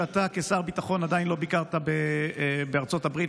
שאתה כשר ביטחון עדיין לא ביקרת בארצות הברית,